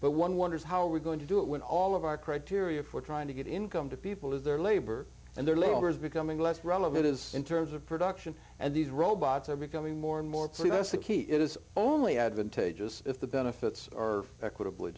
but one wonders how we're going to do it when all of our criteria for trying to get income to people is their labor and their labor is becoming less relevant as in terms of production and these robots are becoming more and more to us a key it is only advantageous if the benefits are equitably